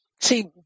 See